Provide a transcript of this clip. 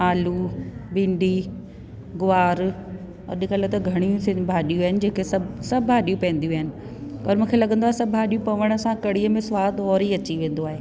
आलू भिंडी गुआर अॼुकल्ह त घणियूं सेहल भाडियूं आहिनि जेके सभु सभु भाडियूं पवंदियूं आहिनि पर मूंखे लॻंदो आहे सभु भाॼियूं पवण सां कड़ीअ में सवादु वरी अची वेंदो आहे